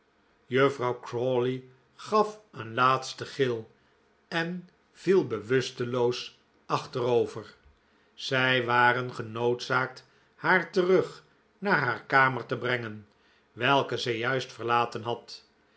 juffrouw crawley gaf een laatsten gil en viel bewusteloos achterover zij waren genoodzaakt haar terug naar haar kamer te brengen welke zij juist verlaten had